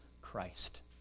Christ